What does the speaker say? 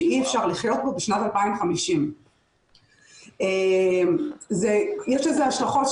שאי אפשר לחיות בו בשנת 2050. יש לזה השלכות.